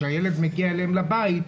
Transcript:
שהילד מגיע הביתה,